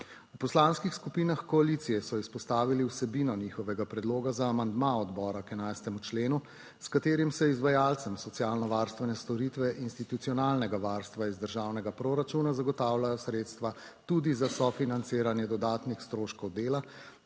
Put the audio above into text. V Poslanskih skupinah koalicije so izpostavili vsebino njihovega predloga za amandma odbora k 11. členu, s katerim se izvajalcem socialno varstvene storitve institucionalnega varstva iz državnega proračuna zagotavljajo sredstva tudi za sofinanciranje dodatnih stroškov dela,